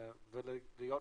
ולהיות